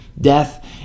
death